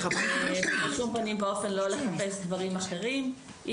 בשום פנים ואופן לא לחפש דברים אחרים.